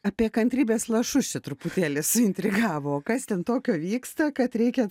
apie kantrybės lašus čia truputėlį suintrigavo kas ten tokio vyksta kad reikia